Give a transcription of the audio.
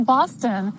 Boston